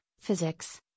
physics